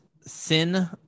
sin